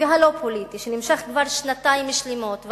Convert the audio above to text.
והלא-פוליטי שנמשך כבר שנתיים שלמות,